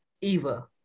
Eva